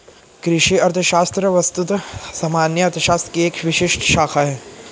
कृषि अर्थशास्त्र वस्तुतः सामान्य अर्थशास्त्र की एक विशिष्ट शाखा है